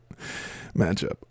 matchup